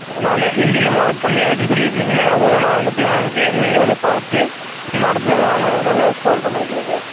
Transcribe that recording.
நான் ஹிந்தியில மார்க் கம்மியாக இருக்குதுன்னு சொல்லியிருந்திங்கள அதுவும் நான் வந்துட்டு அவனுக்கு என்னங்கிறதை பார்த்து இனிமேல் அடுத்த தடவை அவனை நல்ல ஸ்கோர் பண்ண வைக்கிறேன் சார்